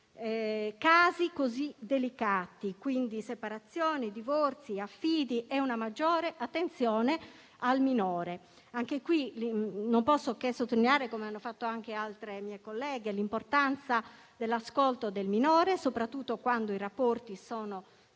casi delicati quali separazioni, divorzi e affidi, con una maggiore attenzione al minore. Anche qui, non posso fare a meno di sottolineare, come hanno fatto anche altre mie colleghe, l'importanza dell'ascolto del minore, soprattutto quando i rapporti sono